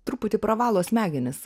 truputį pravalo smegenis